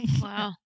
Wow